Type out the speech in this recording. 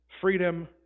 freedom